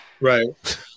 right